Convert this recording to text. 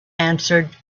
answered